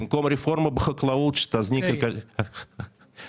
במקום רפורמה בחקלאות שתזניק את חקלאות